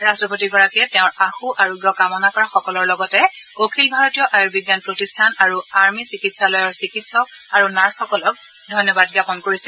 ৰট্টপতিগৰাকীয়ে তেওঁৰ আশুআৰোগ্য কামনা কৰা সকলৰ লগতে অখিল ভাৰতীয় চিকিৎসা বিজ্ঞান প্ৰতিষ্ঠান আৰু আৰ্মী চিকিৎসালয়ৰ চিকিৎসক আৰু নাৰ্চসকলক ধন্যবাদ জ্ঞাপন কৰিছে